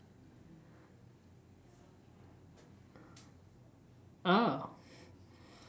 ah